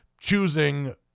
choosing